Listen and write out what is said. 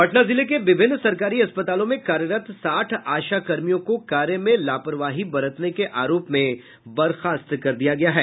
पटना जिले के विभिन्न सरकारी अस्पतालों में कार्यरत साठ आशाकर्मियों को कार्य में लापरवाही बरतने के आरोप में बर्खास्त कर दिया गया है